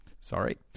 Sorry